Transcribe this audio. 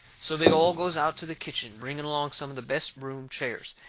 so they all goes out to the kitchen, bringing along some of the best room chairs,